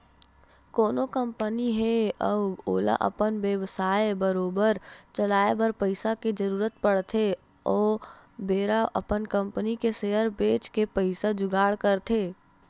कोनो कंपनी हे अउ ओला अपन बेवसाय बरोबर चलाए बर पइसा के जरुरत पड़थे ओ बेरा अपन कंपनी के सेयर बेंच के पइसा जुगाड़ करथे